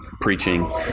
preaching